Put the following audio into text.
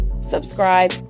subscribe